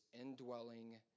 indwelling